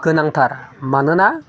गोनांथार मानोना